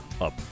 up